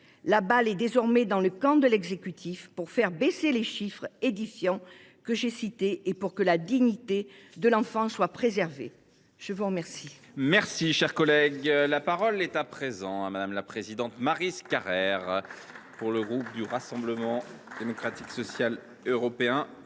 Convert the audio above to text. La balle est désormais dans le camp de l’exécutif pour faire baisser les chiffres édifiants que j’ai cités et pour que la dignité de l’enfant soit préservée. La parole